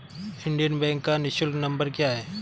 Indian Bank का निःशुल्क number क्या है?